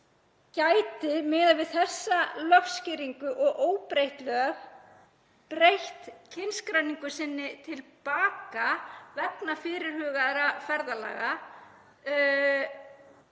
miðað við þessa lögskýringu og óbreytt lög, breytt kynskráningu sinni til baka vegna fyrirhugaðra ferðalaga.